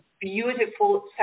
beautiful